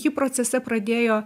ji procese pradėjo